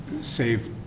save